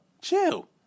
Chill